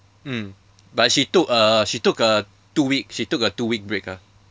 mm but she took a she took a two week she took a two week break ah